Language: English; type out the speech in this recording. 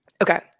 Okay